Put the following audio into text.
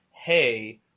hey